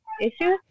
issues